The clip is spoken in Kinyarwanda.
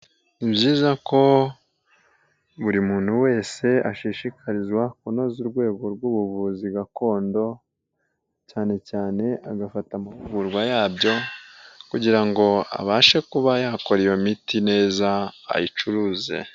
Ni byiza ko buri muntu wese ashishikarizwa kunoza urwego rw'ubuvuzi gakondo, cyane cyane agafata amahugurwa yabyo, kugira ngo abashe kuba yakora iyo miti neza, ayicuruze.